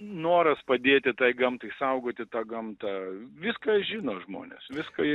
noras padėti tai gamtai saugoti tą gamtą viską žino žmonės viską jie